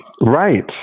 Right